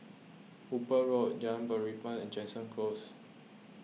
Hooper Road Jalan Belibas and Jansen Close